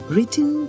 Written